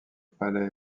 palais